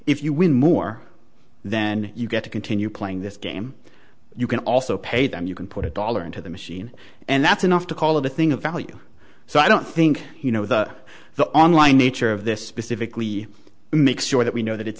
if you win more then you get to continue playing this game you can also pay them you can put a dollar into the machine and that's enough to call it a thing of value so i don't think you know the the online nature of this specifically makes sure that we know that it's